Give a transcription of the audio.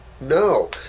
No